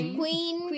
queen